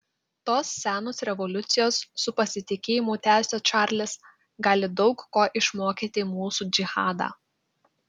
tos senos revoliucijos su pasitikėjimu tęsia čarlis gali daug ko išmokyti mūsų džihadą